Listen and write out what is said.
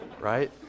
right